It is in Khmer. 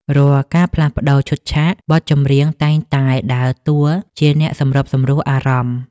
រាល់ការផ្លាស់ប្តូរឈុតឆាក បទចម្រៀងតែងតែដើរតួជាអ្នកសម្របសម្រួលអារម្មណ៍។